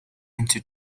into